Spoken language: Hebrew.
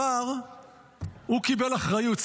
הוא קיבל אחריות.